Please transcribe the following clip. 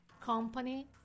company